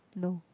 no